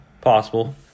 Possible